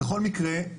בכל מקרה,